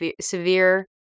severe